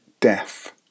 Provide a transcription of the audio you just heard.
death